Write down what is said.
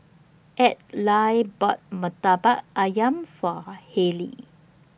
Adlai bought Murtabak Ayam For